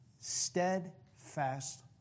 steadfast